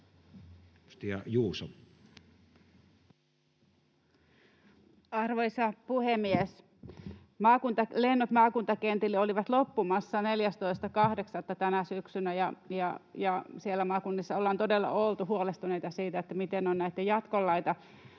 Content: Arvoisa puhemies! Maakuntalennot maakuntakentille olivat loppumassa 14.8. tänä syksynä, ja siellä maakunnissa ollaan todella oltu huolestuneita siitä, miten on näitten jatkon laita.